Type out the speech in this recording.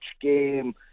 game